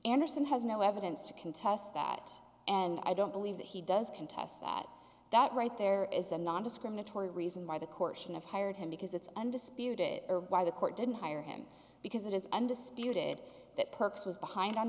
anderson has no evidence to contest that and i don't believe that he does contest that that right there is a nondiscriminatory reason why the court should have hired him because it's undisputed why the court didn't hire him because it is undisputed that percs was behind on